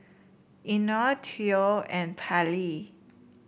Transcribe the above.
Eino Theo and Pallie